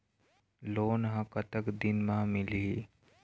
Loan ह कतक दिन मा मिलही?